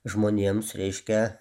žmonėms reiškia